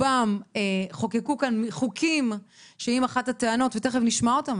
שברובם חוקקו כאן חוקים שאם אחת הטענות ותכף נשמע אותן,